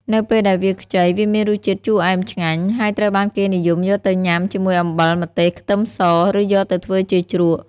នៅពេលដែលវាខ្ចី វាមានរសជាតិជូរអែមឆ្ងាញ់ ហើយត្រូវបានគេនិយមយកទៅញ៉ាំជាមួយអំបិល ម្ទេស ខ្ទឹមស ឬយកទៅធ្វើជាជ្រក់។